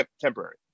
temporary